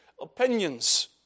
opinions